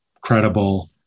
credible